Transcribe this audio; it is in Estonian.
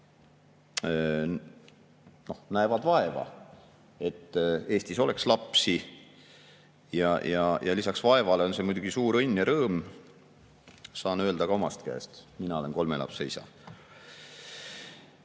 näevad vaeva, et Eestis oleks lapsi. Lisaks vaevale on see muidugi suur õnn ja rõõm. Saan öelda ka omast käest, mina olen kolme lapse isa.